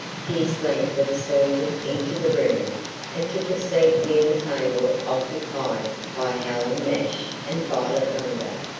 pierce langford sauntered into the room and took a seat near the table occupied by helen nash and violet munday.